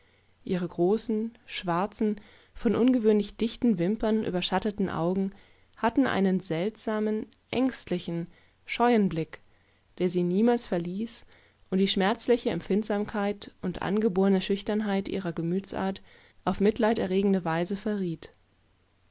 ihre großen schwarzen von ungewöhnlich dichten wimpern überschatteten augen hatten einen seltsamen ängstlichen scheuen blick der sie niemals verließ und die schmerzliche empfindsamkeit und angeborne schüchternheit ihrer gemütsart auf mitleiderregende weiseverriet